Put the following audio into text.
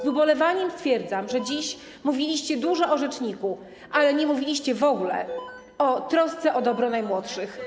Z ubolewaniem stwierdzam, że dziś mówiliście dużo o rzeczniku, ale nie mówiliście w ogóle o trosce o dobro najmłodszych.